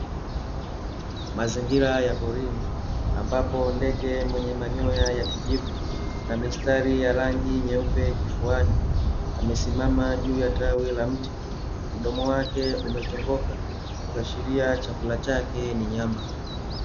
Mazingira ya porini, ambapo ndege mwenye manyoya ya kijivu na mistari ya rangi nyeupe kifuani, amesimama juu ya tawi la mti. Mdomo wake umechongoka, kuashiria chakula chake ni nyama.